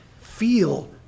feel